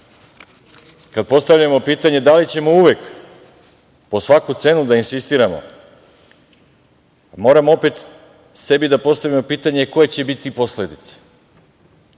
postavljamo pitanje – da li ćemo uvek, po svaku cenu da insistiramo, moram opet sebi da postavimo sebi pitanje – koje će biti posledice?